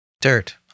dirt